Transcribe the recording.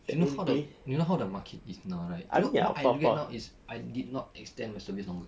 you know how the you know how the market is now right you know I regret now is I did not extend my service longer